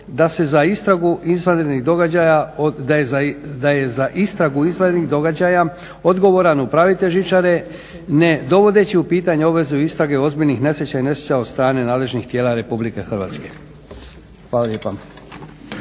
da je za istragu izvanrednih događaja odgovoran upravitelj žičare ne dovodeći u pitanje obvezu istrage ozbiljnih nesreća i nesreća od strane nadležnih tijela Republike Hrvatske. Hvala lijepa.